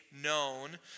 known